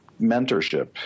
mentorship